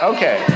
Okay